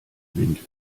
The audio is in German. windel